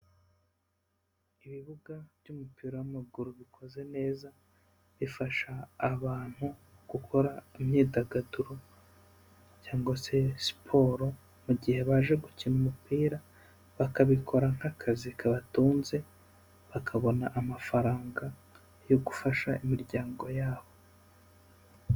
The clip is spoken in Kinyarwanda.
Ibibuga by'umupira w'amaguru bikoze neza, bifasha abantu gukora imyidagaduro cyangwa se siporo, mu gihe baje gukina umupira, bakabikora nk'akazi kabatunze bakabona amafaranga yo gufasha imiryango yabo.